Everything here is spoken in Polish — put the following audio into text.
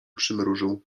przymrużył